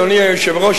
אדוני היושב-ראש,